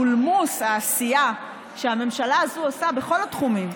בולמוס העשייה שהממשלה הזו עושה בכל התחומים,